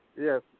Yes